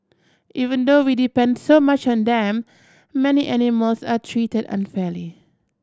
even though we depend so much on them many animals are treated unfairly